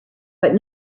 but